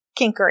kinkery